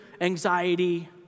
anxiety